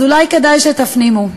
אז אולי כדאי שתפנימו: